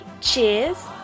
Cheers